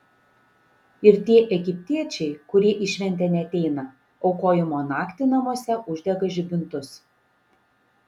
ir tie egiptiečiai kurie į šventę neateina aukojimo naktį namuose uždega žibintus